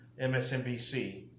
MSNBC